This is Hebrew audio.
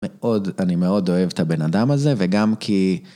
אני מאוד אוהב את הבן אדם הזה, וגם כי...